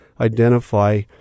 identify